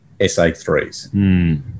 sa3s